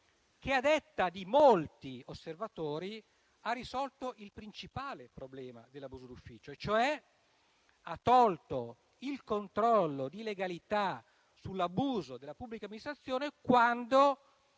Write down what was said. che, a detta di molti osservatori, ne aveva risolto il principale problema, cioè aveva tolto il controllo di legalità sull'abuso della pubblica amministrazione, quando